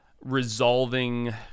resolving